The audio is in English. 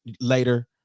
later